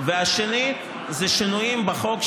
והשני זה שינויים בחוק,